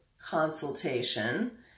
consultation